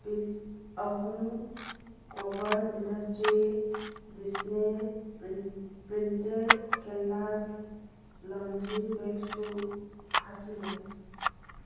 piece ꯑꯍꯨꯝ cover industry Disney printed canvas laundry ꯕꯦꯛꯁꯨ ꯍꯥꯞꯆꯤꯜꯂꯨ